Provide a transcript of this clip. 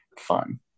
fun